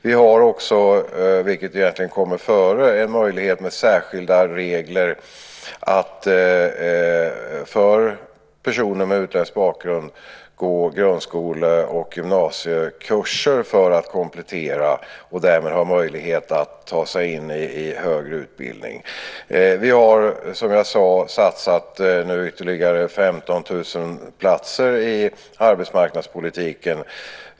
Det finns också, vilket egentligen kommer före, en möjlighet genom särskilda regler för personer med utländsk bakgrund att gå grundskole och gymnasiekurser för att komplettera och därmed ha möjlighet att ta sig in i högre utbildning. Vi har, som jag sade, nu satsat ytterligare 15 000 platser i arbetsmarknadspolitiken.